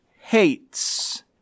hates